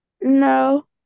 No